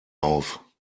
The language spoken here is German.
auf